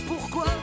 pourquoi